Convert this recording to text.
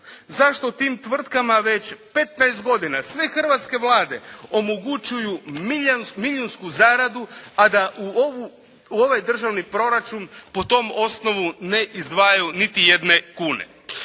Zašto tim tvrtkama već 15 godina sve hrvatske Vlade omogućuju milijunsku zaradu, a da u ovaj državni proračun po tom osnovu ne izdvajaju niti jedne kune?